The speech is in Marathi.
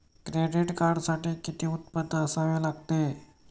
क्रेडिट कार्डसाठी किती उत्पन्न असावे लागते?